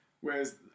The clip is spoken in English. Whereas